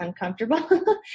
uncomfortable